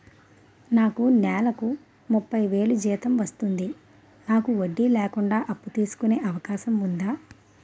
నాకు నేలకు ముప్పై వేలు జీతం వస్తుంది నాకు వడ్డీ లేకుండా అప్పు తీసుకునే అవకాశం ఉందా